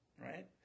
Right